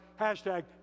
Hashtag